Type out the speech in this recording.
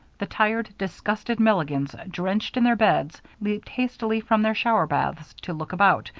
the tired, disgusted milligans, drenched in their beds, leaped hastily from their shower baths to look about,